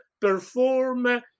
perform